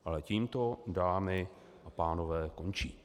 Ale tím to, dámy a pánové, končí.